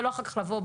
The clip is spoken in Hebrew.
ולא לבוא אחר כך,